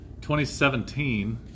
2017